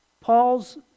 paul's